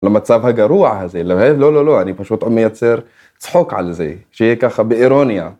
למצב הגרוע הזה, לא, לא, לא, אני פשוט מייצר צחוק על זה, שיהיה ככה באירוניה.